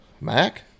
Mac